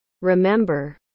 Remember